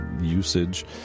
usage